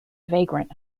vagrant